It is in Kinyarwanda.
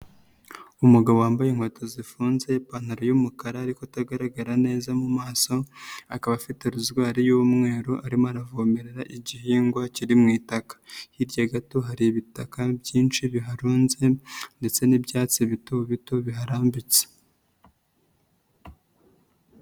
Umugabo wambaye inkweto zifunze, ipantaro y'umukara ariko atagaragara neza mu maso, akaba afite rozwari y'umweru arimo aravomerera igihingwa kiri mu itaka, hirya gato hari ibitaka byinshi biharunze ndetse n'ibyatsi bito bito biharambitse.